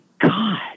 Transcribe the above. God